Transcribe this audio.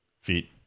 feet